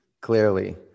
clearly